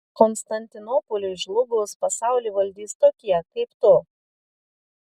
konstantinopoliui žlugus pasaulį valdys tokie kaip tu